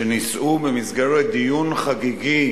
שנישאו במסגרת דיון חגיגי